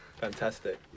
fantastic